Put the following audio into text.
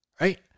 right